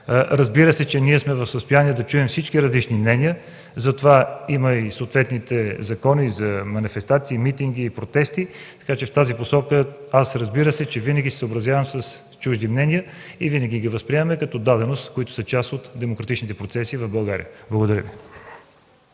Разбира се, че сме в състояние да чуем всички различни мнения, затова има и съответните закони – за манифестации, митинги и протести. В тази посока винаги ще се съобразявам с чужди мнения. Винаги ги възприемаме като даденост – част от демократичните процеси в България. Благодаря Ви.